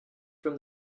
from